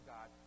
God